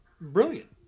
brilliant